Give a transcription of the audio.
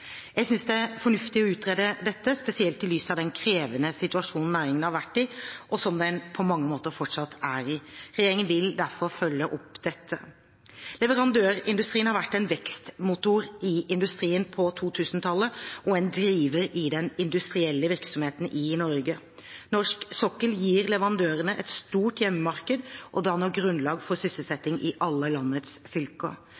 Jeg synes det er fornuftig å utrede dette, spesielt i lys av den krevende situasjonen næringen har vært i – og som den på mange måter fortsatt er i. Regjeringen vil derfor følge opp dette. Leverandørindustrien har vært en vekstmotor i industrien på 2000-tallet og en driver i den industrielle virksomheten i Norge. Norsk sokkel gir leverandørene et stort hjemmemarked og danner grunnlag for